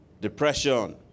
depression